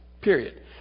Period